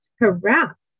harassed